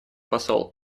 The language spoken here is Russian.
посол